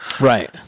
right